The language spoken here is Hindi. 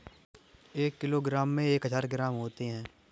एक किलोग्राम में एक हजार ग्राम होते हैं